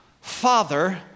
Father